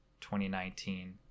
2019